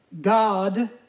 God